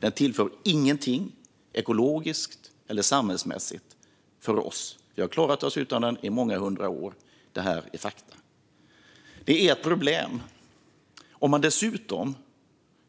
Den tillför ingenting ekologiskt eller samhällsmässigt för oss. Vi har klarat oss utan den i många hundra år. Detta är fakta. Den är ett problem. Om man dessutom